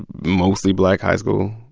mostly black high school.